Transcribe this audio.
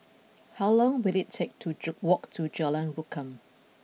how long will it take to Ju walk to Jalan Rukam